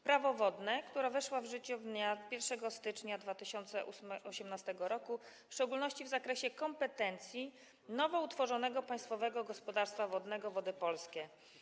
Prawo wodne, która weszła w życie dnia 1 stycznia 2018 r., w szczególności w zakresie kompetencji nowo utworzonego Państwowego Gospodarstwa Wodnego Wody Polskie.